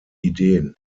ideen